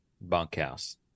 bunkhouse